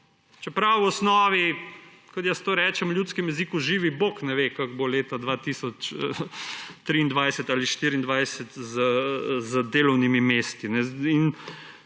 čeprav v osnovi, kot jaz to rečem v ljudskem jeziku, živi bog ne ve, kako bo leta 2023 ali 2024 z delovnimi mesti.